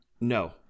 no